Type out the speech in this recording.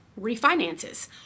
refinances